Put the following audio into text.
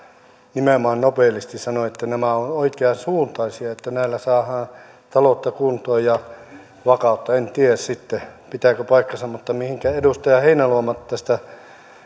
nimenomaan nobelisti sanoi että nämä ovat oikeasuuntaisia että näillä saadaan taloutta kuntoon ja vakautta en tiedä sitten pitääkö paikkansa mutta kun edustaja heinäluoma tästä